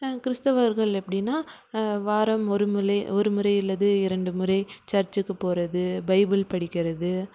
நாங்கள் கிறிஸ்தவர்கள் எப்படின்னா வாரம் ஒரு வாரம் ஒரு முறை அல்லது இரண்டு முறை சர்ச்சுக்கு போகறது பைபிள் படிக்கிறது